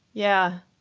yeah.